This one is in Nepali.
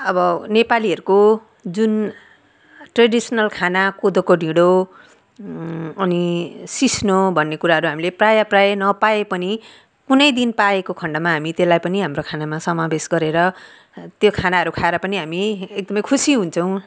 अब नेपालीहेरूको जुन ट्रेडिसनल खाना कोदोको ढिँडो अनि सिस्नु भन्ने कुराहरू हामीले प्रायः प्रायः नपाए पनि कुनै दिन पाएको खण्डमा हामी त्यसलाई पनि हाम्रो खानामा समावेश गरेर त्यो खानाहरू खाएर पनि हामी एकदम खुसी हुन्छौँ